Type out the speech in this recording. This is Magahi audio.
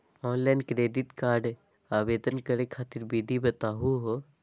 ऑनलाइन क्रेडिट कार्ड आवेदन करे खातिर विधि बताही हो?